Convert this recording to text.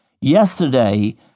Yesterday